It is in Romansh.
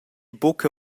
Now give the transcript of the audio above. buca